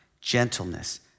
gentleness